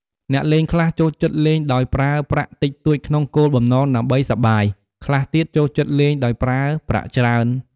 អ្នកលេងខ្លះចូលចិត្តលេងដោយប្រើប្រាក់តិចតួចក្នុងគោលបំណងដើម្បីសប្បាយ ខ្លះទៀតចូលចិត្តលេងដោយប្រើប្រាក់ច្រើន។